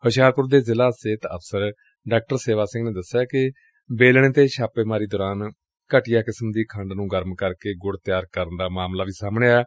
ਹੁਸ਼ਿਆਰਪੁਰ ਦੇ ਜ਼ਿਲ਼ਾ ਸਿਹਤ ਅਫਸਰ ਡਾ ਸੇਵਾ ਸਿੰਘ ਨੇ ਦਸਿਆ ਕਿ ਵੇਲਣੇ ਤੇ ਛਾਪੇ ਦੌਰਾਨ ਘਟੀਆ ਕਿਸਮ ਦੀ ਖੰਡ ਨੂੰ ਗਰਮ ਕਰਕੇ ਗੁੜ ਤਿਆਰ ਕਰਨ ਦਾ ਮਾਮਲਾ ਸਾਹਮਣੇ ਆਇਐ